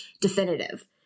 definitive